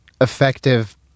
effective